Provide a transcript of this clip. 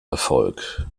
erfolg